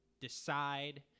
decide